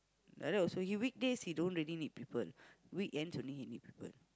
like that also he weekdays he don't really need people weekends only he need people